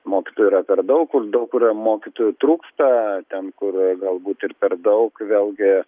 mokytojų yra per daug kur daug kur mokytojų trūksta ten kur galbūt ir per daug vėlgi